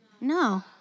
No